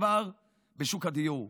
אותו דבר בשוק הדיור: